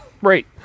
right